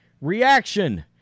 reaction